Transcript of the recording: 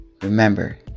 Remember